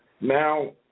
Now